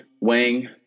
Wang